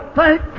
thank